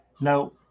No